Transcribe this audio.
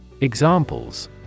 Examples